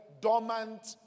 dormant